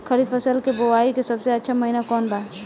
खरीफ फसल के बोआई के सबसे अच्छा महिना कौन बा?